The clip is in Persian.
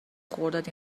خرداد